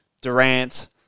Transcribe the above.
Durant